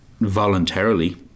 voluntarily